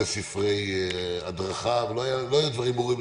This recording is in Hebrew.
ספרי הדרכה ולא היו לנו עליו דברים ברורים,